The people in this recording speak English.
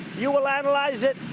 you will analyze it.